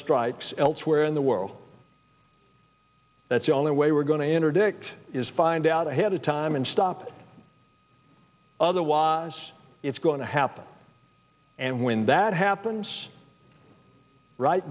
strikes elsewhere in the world that's the only way we're going to interdict is find out ahead of time and stop it otherwise it's going to happen and when that happens right